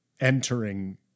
entering